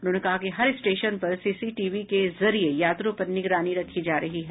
उन्होंने कहा कि हर स्टेशन पर सीसीटीवी के जरिये यात्रियों पर निगरानी रखी जा रही है